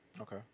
Okay